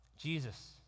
Jesus